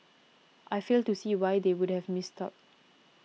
I fail to see why they would have missed out